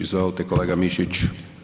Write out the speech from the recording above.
Izvolite kolega Mišić.